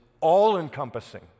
all-encompassing